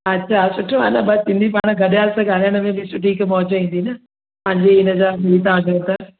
अच्छा सुठो आहे न बट सिंधी पाण में गॾिया त ॻाल्हाइण में बि सुठी हिक मौज़ ईंदी न